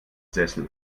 sessel